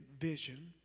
vision